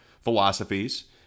philosophies